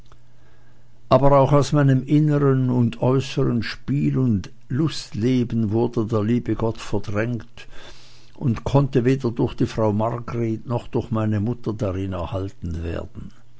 aber auch aus meinem innern und äußern spiel und lustleben wurde der liebe gott verdrängt und konnte weder durch die frau margret noch durch meine mutter darin erhalten werden